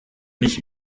nicht